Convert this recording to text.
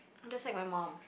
just like my mum